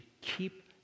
keep